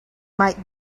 might